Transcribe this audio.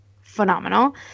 phenomenal